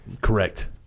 Correct